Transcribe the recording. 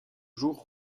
jour